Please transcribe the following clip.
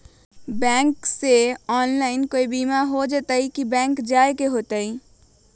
Bank से online कोई बिमा हो जाई कि बैंक जाए के होई त?